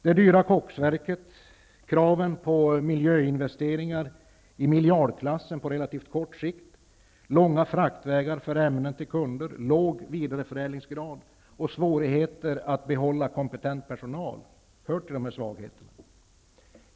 Det dyra koksverket, kraven på miljöinvesteringar i miljardklassen på relativt kort sikt, långa fraktvägar för ämnen till kunder, låg vidareförädlingsgrad och svårigheter att behålla kompetent personal hör till dessa svagheter.